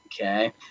okay